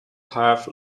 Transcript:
have